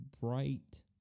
bright